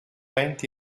enti